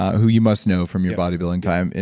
who you must know from your bodybuilding time,